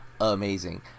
amazing